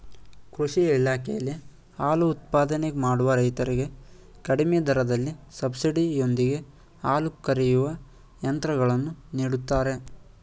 ಕೃಷಿ ಇಲಾಖೆಯಲ್ಲಿ ಹಾಲು ಉತ್ಪಾದನೆ ಮಾಡುವ ರೈತರಿಗೆ ಕಡಿಮೆ ದರದಲ್ಲಿ ಸಬ್ಸಿಡಿ ಯೊಂದಿಗೆ ಹಾಲು ಕರೆಯುವ ಯಂತ್ರಗಳನ್ನು ನೀಡುತ್ತಾರೆ